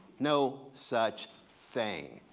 no such thing.